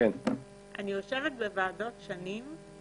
יושבת בוועדות שנים,